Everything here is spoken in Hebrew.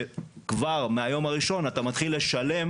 שכבר מהיום הראשון אתה מתחיל לשלם